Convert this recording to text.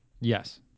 Yes